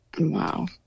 Wow